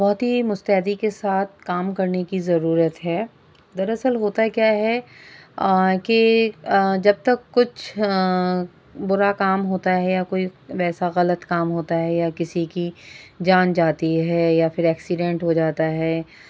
بہت ہی مستعدی کے ساتھ کام کرنے کی ضرورت ہے دراصل ہوتا کیا ہے کہ جب تک کچھ برا کام ہوتا ہے یا کوئی ویسا غلط کام ہوتا ہے یا کسی کی جان جاتی ہے یا پھر ایکسیڈینٹ ہو جاتا ہے